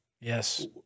Yes